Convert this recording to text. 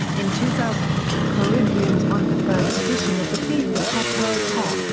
in two thousand, corinthians won the first edition of the fifa club world cup,